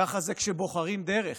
ככה זה כשבוחרים דרך.